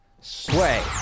Sway